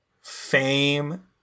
fame